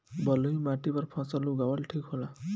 बलुई माटी पर फसल उगावल ठीक होला?